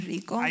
Rico